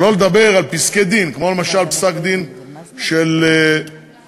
שלא לדבר על פסקי-דין, כמו למשל פסק-דין של בנק,